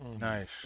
Nice